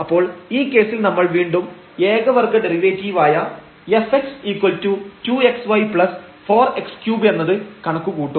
അപ്പോൾ ഈ കേസിൽ നമ്മൾ വീണ്ടും ഏക വർഗ്ഗ ഡെറിവേറ്റീവായ fx2xy4x3 എന്നത് കണക്ക് കൂട്ടും